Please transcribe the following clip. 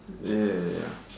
ya ya ya ya